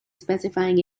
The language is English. specifying